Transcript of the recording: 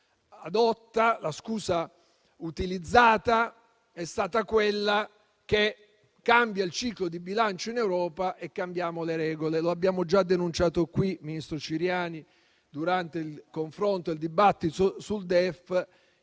La scusa utilizzata è stata quella che cambia il ciclo di bilancio in Europa e cambiamo le regole. Come abbiamo già denunciato qui, ministro Ciriani, durante il confronto e il dibattito sul DEF,